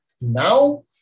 Now